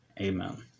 Amen